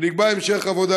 ונקבע המשך עבודה.